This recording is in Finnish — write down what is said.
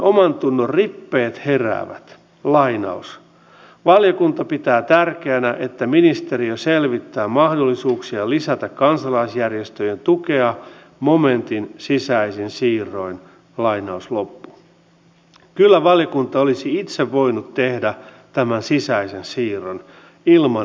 samalla finpron ja ulkoministeriön kaupallisen edustuksen resursseja lisätään painopistealueilla kuten afrikassa mihin edustaja kalmari viittasi varsinkin aasian suunnalla ja myöskin pohjois amerikassa samoin kuin eräissä osissa varsinkin eteläistä lähi itää